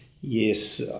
Yes